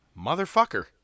Motherfucker